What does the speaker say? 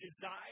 Desire